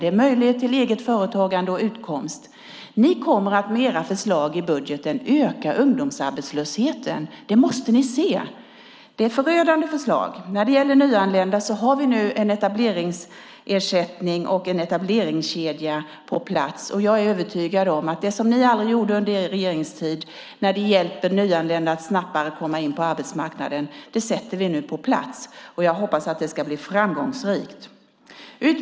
Det ger möjlighet till eget företagande och utkomst. Ni kommer att med era förslag i budgeten öka ungdomsarbetslösheten. Det måste ni se. Det är förödande förslag. När det gäller nyanlända har vi nu en etableringsersättning och en etableringskedja på plats. Det som ni aldrig gjorde under er regeringstid när det gäller att hjälpa nyanlända att snabbare komma in på arbetsmarknaden sätter vi nu på plats. Jag hoppas att det ska bli framgångsrikt.